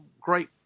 great